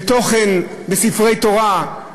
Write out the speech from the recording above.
בתוכן, בספרי תורה,